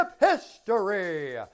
history